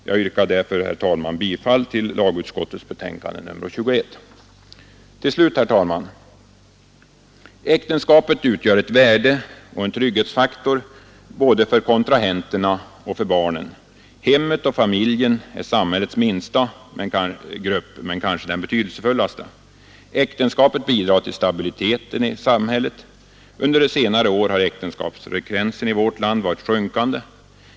Jag yrkar därför bifall till hemställan i lagutskottets betänkande nr 21. Till slut, herr talman, vill jag framhålla att äktenskapet utgör ett värde och en trygghetsfaktor både för kontrahenterna och för barnen. Hemmet och familjen är samhällets minsta grupp men kanske den betydelsefullaste. Äktenskapet bidrar till stabilitet i samhället. Under senare år har äktenskapsfrekvensen i vårt land varit sjunkande.